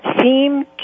seem